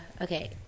Okay